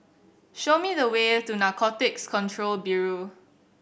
show me the way to Narcotics Control Bureau